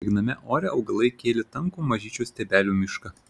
drėgname ore augalai kėlė tankų mažyčių stiebelių mišką